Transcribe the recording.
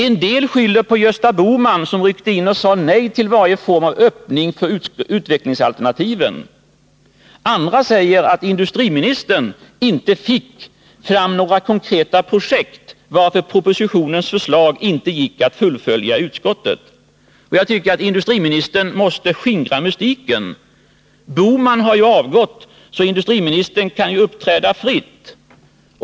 En del skyller på Gösta Bohman, som ryckte in och sade nej till varje form av öppning för utvecklingsalternativen. Andra säger att industriministern inte fick fram några konkreta projekt, varför propositionens förslag inte gick att fullfölja i utskottet. Jag tycker att industriministern måste skingra mystiken. Gösta Bohman har ju avgått, så industriministern kan uppträda fritt.